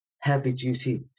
heavy-duty